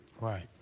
Right